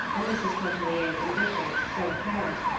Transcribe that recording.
and mrs. pontellier's indifference so apparent,